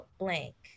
blank